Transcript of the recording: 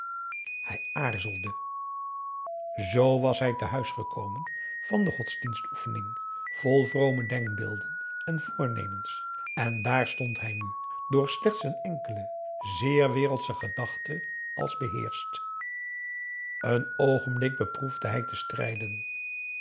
hij aarzelde z was hij tehuis gekomen van de godsdienstoefening vol vrome denkbeelden en voornemens en daar stond hij nu door slechts een enkele zeer wereldsche gedachte als beheerscht een oogenblik beproefde hij te strijden